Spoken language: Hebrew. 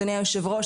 אדוני היושב-ראש,